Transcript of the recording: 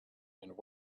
and